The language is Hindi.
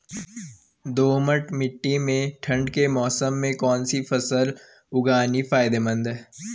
दोमट्ट मिट्टी में ठंड के मौसम में कौन सी फसल उगानी फायदेमंद है?